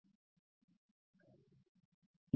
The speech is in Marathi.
तर प्रत्यक्षात ∅ Fm हे आहे